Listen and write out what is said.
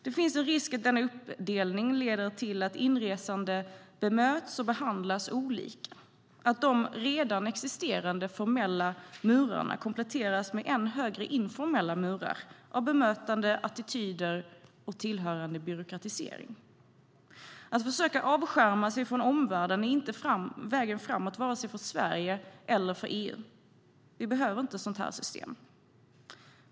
Det finns en risk att denna uppdelning leder till att inresande bemöts och behandlas olika och att de redan existerande, formella murarna kompletteras med än högre, informella murar av bemötande, attityder och tillhörande byråkratisering. Att försöka avskärma sig från omvärlden är inte vägen framåt vare sig för Sverige eller för EU. Vi behöver inte ett sådant här system.